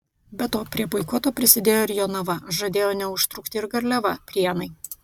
be to prie boikoto prisidėjo ir jonava žadėjo neužtrukti ir garliava prienai